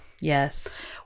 Yes